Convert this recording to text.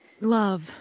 Love